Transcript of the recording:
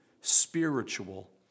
Spiritual